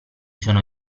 sono